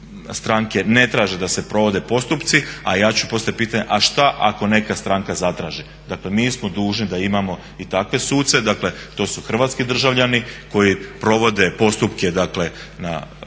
stranke ne traže da se provode postupci a ja ću postaviti pitanje a šta ako neka stranka zatraži. Dakle mi smo dužni da imamo i takve suce, dakle to su hrvatski državljani koji provode postupke dakle na